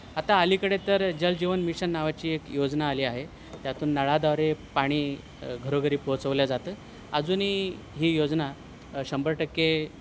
आत्ता अलीकडे तर जल जीवन मिशन नावाची एक योजना आली आहे त्यातून नळाद्वारे पाणी घरोघरी पोचवल्या जातं अजूनी ही योजना शंभर टक्के